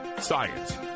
science